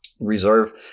reserve